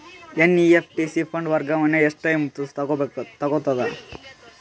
NEFT fund ವರ್ಗಾವಣೆ ಎಷ್ಟ time ತೋಗೊತದ?